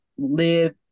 live